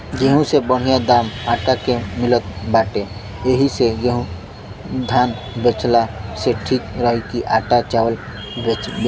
गेंहू से बढ़िया दाम आटा के मिलत बाटे एही से गेंहू धान बेचला से ठीक रही की आटा चावल बेचा